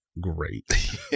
great